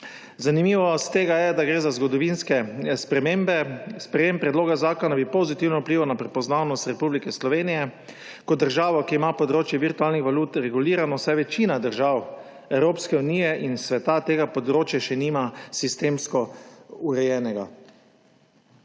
Zanimivost tega je, da gre za zgodovinske spremembe. Sprejetje predloga zakona bi pozitivno vplivalo na prepoznavnost Republike Slovenije kot države, ki ima področje virtualnih valut regulirano, saj večina držav Evropske unije in sveta tega področja še nima sistemsko urejenega.